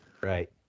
Right